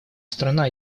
страна